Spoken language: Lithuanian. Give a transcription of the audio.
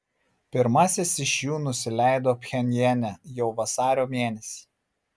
pirmasis iš jų nusileido pchenjane jau vasario mėnesį